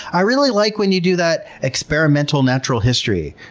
i really like when you do that experimental, natural history.